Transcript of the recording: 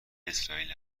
اسرائیل